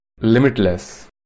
limitless